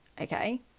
okay